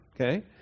okay